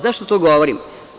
Zašto to govorim?